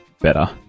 better